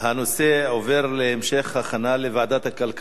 הנושא עובר להמשך הכנה לוועדת הכלכלה.